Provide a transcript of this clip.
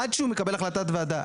עד שהוא מקבל החלטת וועדה,